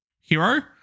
hero